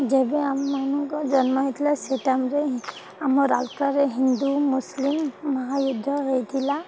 ଯେବେ ଆମ ମାନଙ୍କ ଜନ୍ମ ହେଇଥିଲା ସେ ଟାଇମ୍ରେ ଆମ ଆଉ ତାରେ ହିନ୍ଦୁ ମୁସଲିମ ମ ଯୁଦ୍ଧ ହେଇଥିଲା